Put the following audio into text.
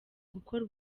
gukora